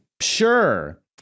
Sure